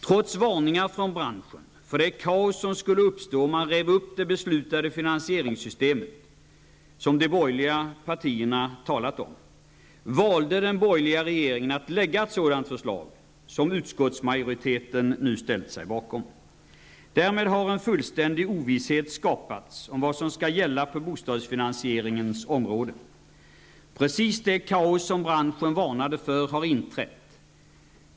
Trots varningar från branschen för det kaos som skulle uppstå om man rev upp det beslutade finansieringssystemet, som de borgerliga partierna talat om, valde den borgerliga regeringen att lägga fram ett sådant förslag som utskottsmajoriteten nu har ställt sig bakom. Därmed har en fullständig ovisshet skapats om vad som skall gälla på bostadsfinansieringens område. Precis det kaos som branschen varnade för har uppstått.